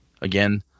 again